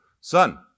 Son